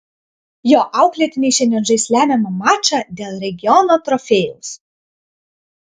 jo auklėtiniai šiandien žais lemiamą mačą dėl regiono trofėjaus